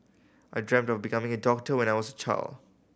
I dreamt of becoming a doctor when I was a child